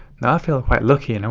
now i feel quite lucky, and and